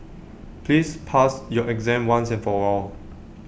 please pass your exam once and for all